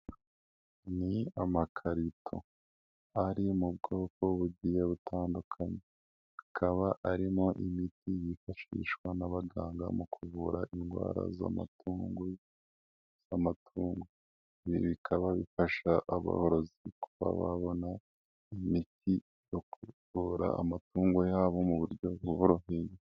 Ni amakarito ari mu bwoko bugiye butandukanye, akaba arimo imiti yifashishwa n'abaganga mu kuvura indwara z'amatungo. Ibikaba bifasha aborozi kubabona imiti yo kuvura amatungo yabo mu buryo buboroheye.